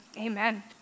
Amen